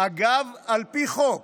אגב, על פי חוק.